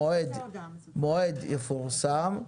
המועד יפורסם.